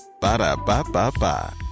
Ba-da-ba-ba-ba